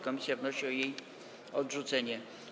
Komisja wnosi o jej odrzucenie.